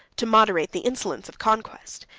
to moderate the insolence of conquest,